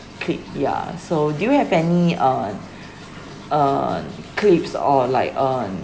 clip yeah so do you have any uh uh clips or like uh